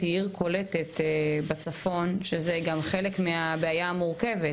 זו עיר בצפון שקולטת